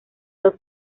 los